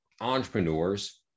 entrepreneurs